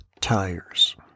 tires